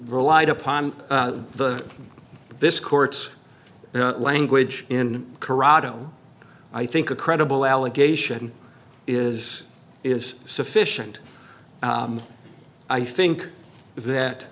relied upon the this court's language in corrado i think a credible allegation is is sufficient i think that